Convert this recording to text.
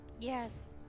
Yes